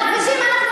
מהכבישים אנחנו,